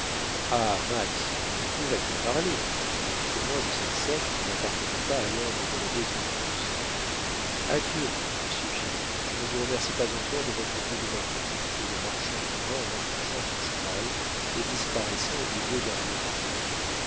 ah max tu trouves à qui parler dit un témoin de cette scène qui n'appartenait pas à l'ordre de la désœuvrance adieu monsieur gilet je ne vous remercie pas encore de votre coup de main fit le marchand de grains en enfourchant son cheval et disparaissant au milieu d'un hourra